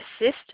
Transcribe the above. assist